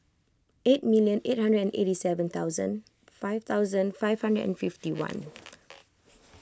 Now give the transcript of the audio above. eight million eight hundred and eighty seven thousand five thousand five hundred and fifty one